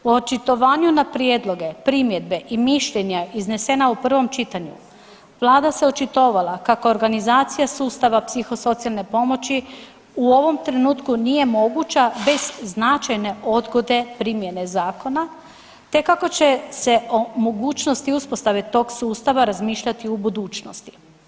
U očitovanju na prijedloge, primjedbe i mišljenja iznesena u prvom čitanju Vlada se očitovala kako organizacija sustava psihosocijalne pomoći u ovom trenutku nije moguća bez značajne odgode primjene zakona, te kako će se o mogućnosti uspostave tog sustava razmišljati u budućnosti.